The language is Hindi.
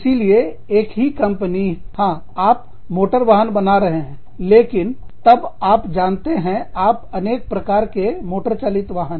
इसीलिए एक ही कंपनी हां आप मोटर वाहन बना रहे हैं लेकिन तब आप जानते हैं आप अनेक प्रकार के मोटर चालित वाहन